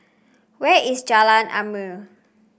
where is Jalan Ilmu